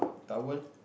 towel